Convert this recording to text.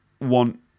want